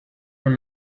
con